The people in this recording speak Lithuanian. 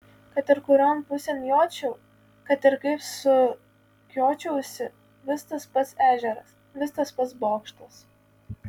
kad ir kurion pusėn jočiau kad ir kaip sukiočiausi vis tas pats ežeras vis tas pats bokštas